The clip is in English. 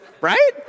Right